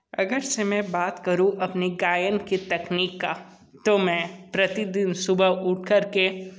अगर से मैं बात करूँ अपनी गायन की तकनीक का तो मैं प्रतिदिन सुबह उठ करके